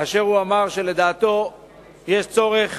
שלדעתו יש צורך